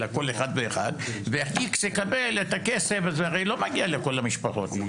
אלא כל אחד ואחד ואיקס יקבל את הכסף וזה הרי לא מגיע לכל המשפחות.